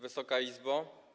Wysoka Izbo!